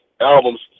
albums